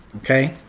okay?